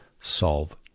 solve